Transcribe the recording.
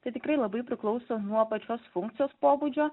tai tikrai labai priklauso nuo pačios funkcijos pobūdžio